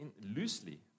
loosely